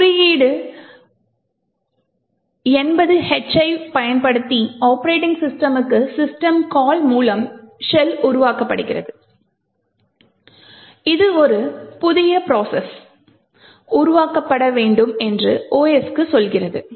குறுக்கீடு 80H ஐப் பயன்படுத்தி ஒப்பரேட்டிங் சிஸ்டம்முக்கு சிஸ்டம் கால் மூலம் ஷெல் உருவாக்கப்படுகிறது இது ஒரு புதியப்ரோசஸ் உருவாக்கப்பட வேண்டும் என்று OS க்கு சொல்கிறது